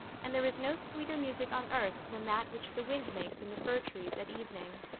and there is no sweeter music on earth than that which the wind makes in the fir trees at evening.